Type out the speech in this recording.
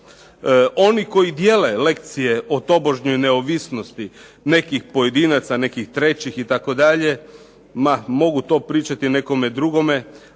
Oni koji dijele lekcije o tobožnjoj neovisnosti nekih pojedinaca, nekih trećih itd. ma mogu to pričati nekome drugome